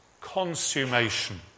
consummation